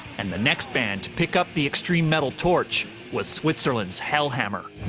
and the next band to pick up the extreme metal torch was switzerland's hellhammer.